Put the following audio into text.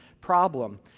problem